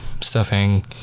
stuffing